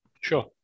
Sure